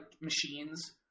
machines